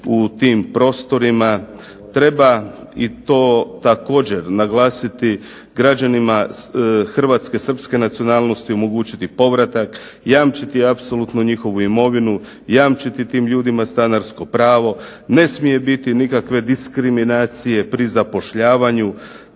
u tim prostorima treba i to također naglasiti građanima hrvatsko-srpske nacionalnosti omogućiti povratak, jamčiti apsolutno njihovu imovinu, jamčiti tim ljudima stanarsko pravo. Ne smije biti nikakve diskriminacije pri zapošljavanju.